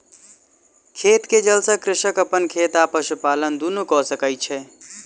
खेत के जल सॅ कृषक अपन खेत आ पशुपालन दुनू कय सकै छै